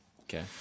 Okay